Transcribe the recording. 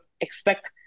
expect